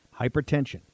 Hypertension